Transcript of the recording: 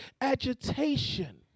Agitation